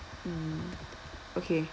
mm okay